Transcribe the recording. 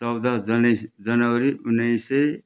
चौध जनै जनवरी उन्नाइस सय